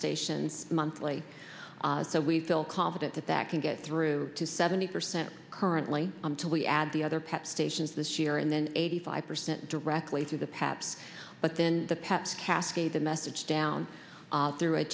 station monthly so we feel confident that that can get through to seventy percent currently until we add the other pet stations this year and then eighty five percent directly through the paps but then the pets cascade the message down through a